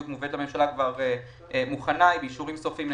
מובאת לממשלה כבר מוכנה באישורים סופיים.